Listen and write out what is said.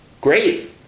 great